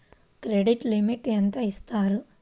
Credit limit ఎంత ఇస్తారు?